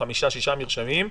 חמישה או שישה מרשמים,